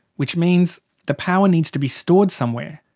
which means the power needs to be stored somewhere.